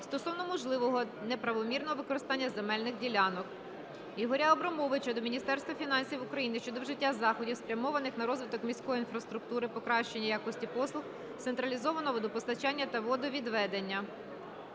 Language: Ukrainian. стосовно можливого неправомірного використання земельних ділянок. Ігоря Абрамовича до Міністерства фінансів України щодо вжиття заходів, спрямованих на розвиток міської інфраструктури, покращення якості послуг з централізованого водопостачання та водовідведення.